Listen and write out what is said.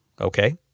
okay